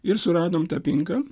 ir suradome tą pinką